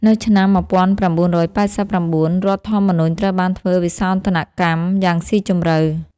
នៅឆ្នាំ ១៩៨៩ រដ្ឋធម្មនុញ្ញត្រូវបានធ្វើវិសោធនកម្មយ៉ាងស៊ីជម្រៅ។